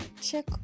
check